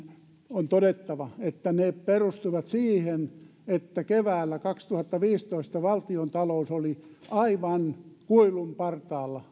on todettava että ne perustuvat siihen että keväällä kaksituhattaviisitoista valtiontalous oli aivan kuilun partaalla